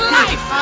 life